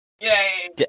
Yay